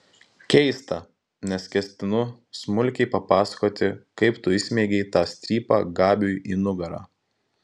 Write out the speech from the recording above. keista nes ketinu smulkiai papasakoti kaip tu įsmeigei tą strypą gabiui į nugarą